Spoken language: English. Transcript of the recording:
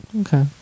Okay